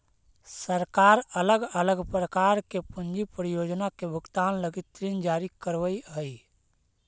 सरकार अलग अलग प्रकार के पूंजी परियोजना के भुगतान लगी ऋण जारी करवऽ हई